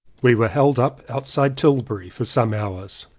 we were held up outside tilbury for some hours.